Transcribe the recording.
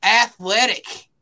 athletic